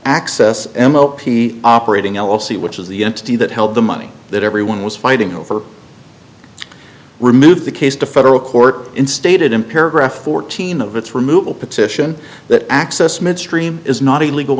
access m o p operating l l c which is the entity that held the money that everyone was fighting over remove the case to federal court in stated in paragraph fourteen of its removal petition that access midstream is not a legal